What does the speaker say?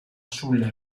sulla